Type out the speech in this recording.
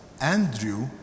Andrew